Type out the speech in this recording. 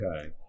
okay